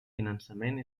finançament